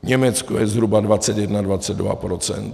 Německo je zhruba 21, 22 %.